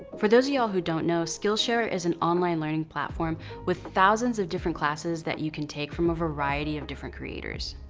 for those of y'all who don't know, skillshare is an online learning platform with thousands of different classes that you can take from a variety of different creators.